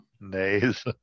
Nays